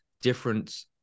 different